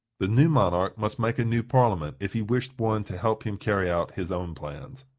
the new monarch must make a new parliament, if he wished one, to help him carry out his own plans.